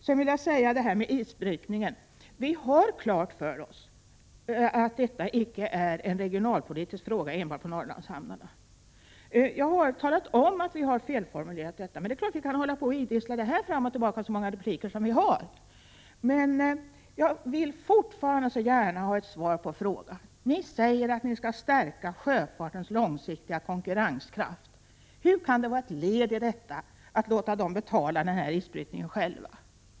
Så till frågan om isbrytningen. Vi har klart för oss att detta icke är en regionalpolitisk fråga som gäller enbart Norrlandshamnarna. Jag har talat om, att vi har felformulerat detta, men naturligtvis kan vi använda de repliker vi har till att idissla det fram och tillbaka. Jag vill trots allt fortfarande gärna få ett svar på min fråga. Ni säger att ni skall stärka sjöfartens långsiktiga konkurrenskraft. Hur kan ett led i detta vara att låta sjöfarten betala isbrytningen själv?